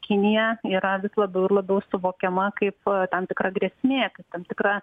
kinija yra vis labiau ir labiau suvokiama kaip tam tikra grėsmė kaip tam tikra